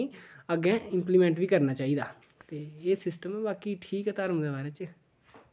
धर्म जेह्ड़ा म्हाराज इक्क मतलब न्याय दा कम्म करदा होर मतलब